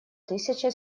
тысяча